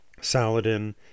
Saladin